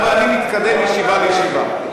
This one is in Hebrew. אני מתקדם מישיבה לישיבה.